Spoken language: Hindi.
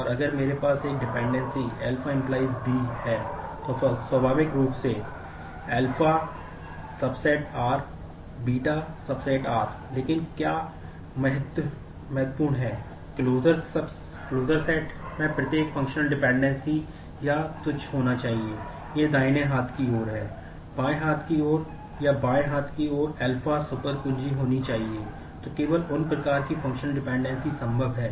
इसलिए फंक्शनल डिपेंडेंसी पहली चीज है जिसे हम देखते हैं